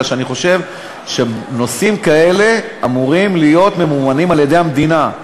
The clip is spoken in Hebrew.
כי אני חושב שנושאים כאלה אמורים להיות ממומנים על-ידי המדינה.